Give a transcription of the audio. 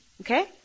Okay